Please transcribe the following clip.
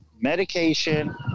medication